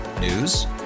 News